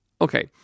Okay